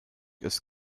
ist